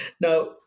Now